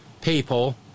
people